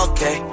Okay